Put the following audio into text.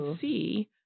see